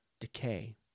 decay